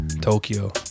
Tokyo